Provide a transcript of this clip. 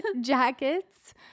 jackets